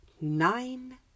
nine